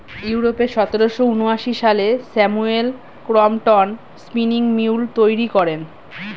ইউরোপে সতেরোশো ঊনআশি সালে স্যামুয়েল ক্রম্পটন স্পিনিং মিউল তৈরি করেন